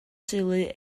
teulu